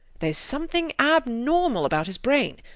theres something abnormal about his brain.